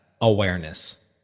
awareness